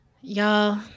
Y'all